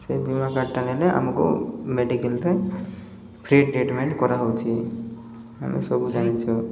ସେ ବୀମା କାର୍ଡ଼୍ଟା ନେଲେ ଆମକୁ ମେଡ଼ିକାଲ୍ରେ ଫ୍ରି ଟ୍ରିଟ୍ମେଣ୍ଟ୍ କରାହେଉଛିି ଆମେ ସବୁ ଜାଣିଛୁ